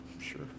Sure